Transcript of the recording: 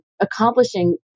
accomplishing